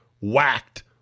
whacked